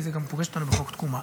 כי זה גם פוגש אותנו בחוק תקומה.